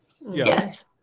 Yes